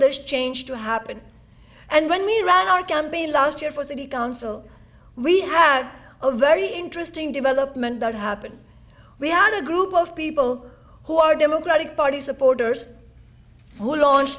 this change to happen and when we ran our campaign last year for city council we have a very interesting development that happened we had a group of people who are democratic party supporters who launch